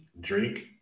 drink